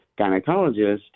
gynecologist